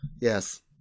Yes